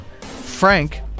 Frank